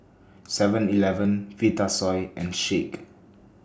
Seven Eleven Vitasoy and Schick